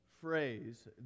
phrase